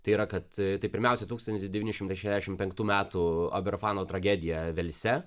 tai yra kad tai pirmiausia tūkstantis devyni šimtai šešiasdešim penktų metų aberfano tragedija velse